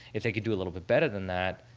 if they could do a little bit better than that,